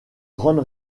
grande